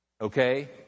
Okay